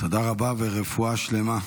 תודה רבה, ורפואה שלמה.